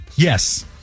Yes